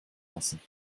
lassen